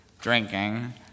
drinking